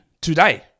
today